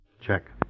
Check